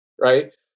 Right